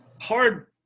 hard